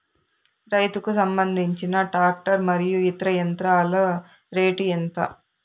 రైతుకు సంబంధించిన టాక్టర్ మరియు ఇతర యంత్రాల రేటు ఎంత?